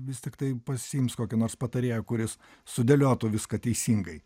vis tiktai pasiims kokį nors patarėją kuris sudėliotų viską teisingai